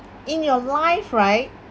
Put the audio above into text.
in your life right